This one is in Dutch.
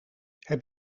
heb